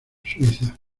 suiza